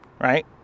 right